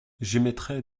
j’émettrai